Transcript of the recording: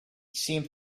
seemed